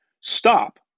stop